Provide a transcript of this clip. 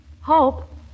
Hope